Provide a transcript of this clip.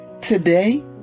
today